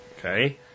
Okay